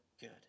good